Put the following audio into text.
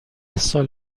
سال